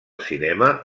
cinema